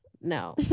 No